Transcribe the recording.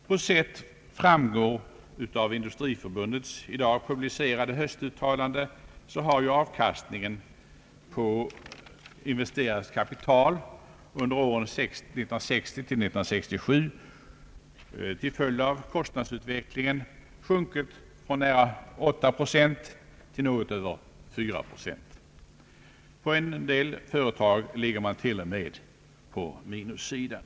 På sätt framgår av Industriförbundets i dag publicerade höstuttalande har avkastningen på investerat kapital under åren 1960—1967 till följd av kostnadsutvecklingen sjunkit från nära 8 procent till något över 4 procent. I en del företag ligger man till och med på minussidan.